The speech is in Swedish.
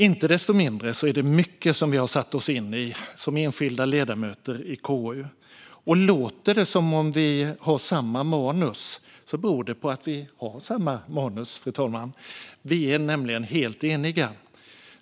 Icke desto mindre är det mycket som vi enskilda ledamöter i KU har satt oss in i, och låter det som om vi har samma manus beror det på att vi har samma manus, fru talman. Vi är nämligen helt eniga.